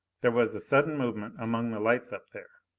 there was a sudden movement among the lights up there.